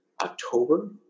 October